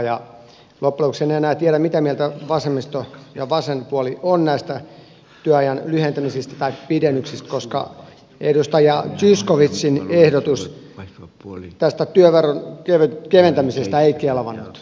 loppujen lopuksi en enää tiedä mitä mieltä vasemmisto ja vasen puoli on näistä työajan lyhentämisistä tai pidennyksistä koska edustaja zyskowiczin ehdotus työveron keventämisestä ei kelvannut